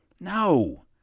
No